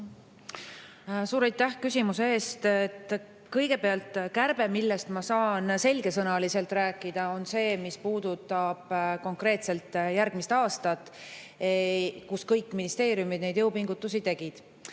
Suur aitäh küsimuse eest! Kõigepealt, kärbe, millest ma saan selgesõnaliselt rääkida, on see, mis puudutab konkreetselt järgmist aastat. Kõik ministeeriumid tegid